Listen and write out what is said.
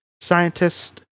scientist